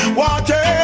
water